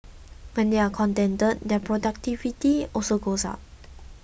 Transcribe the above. when they are contented their productivity also goes up